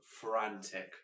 frantic